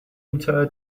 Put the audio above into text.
entire